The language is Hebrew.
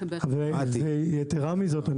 ויתרה מזאת,